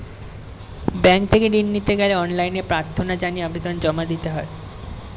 bank থেকে ঋণ নিতে গেলে অনলাইনে প্রার্থনা জানিয়ে আবেদন জমা দিতে হয়